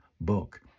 book